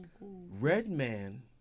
Redman